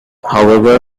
however